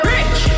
Rich